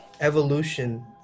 Evolution